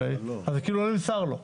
זה כאילו לא נמסר לו.